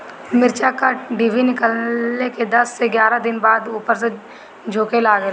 मिरचा क डिभी निकलले के दस से एग्यारह दिन बाद उपर से झुके लागेला?